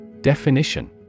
Definition